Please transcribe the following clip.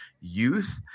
youth